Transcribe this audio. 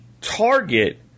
target